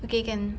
okay can